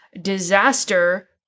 disaster